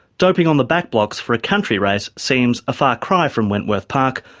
doping on the back blocks for a country race seems a far cry from wentworth park,